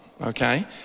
okay